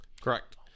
correct